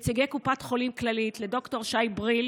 לנציגי קופת חולים כללית, לד"ר שי בריל,